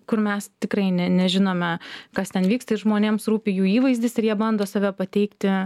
kur mes tikrai ne nežinome kas ten vyksta jei žmonėms rūpi jų įvaizdis ir jie bando save pateikti